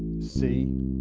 c,